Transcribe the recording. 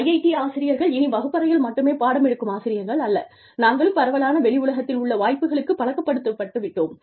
IIT ஆசிரியர்கள் இனி வகுப்பறையில் மட்டுமே பாடம் எடுக்கும் ஆசிரியர்கள் அல்ல நாங்களும் பரவலான வெளி உலகத்தில் உள்ள வாய்ப்புகளுக்கு பழக்கப்படுத்தப்பட்டு விட்டோம்